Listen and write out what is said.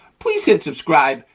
please hit subscribe,